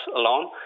alone